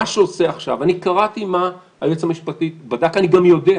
אני קראתי מה היועץ המשפטי בדק, אני גם יודע.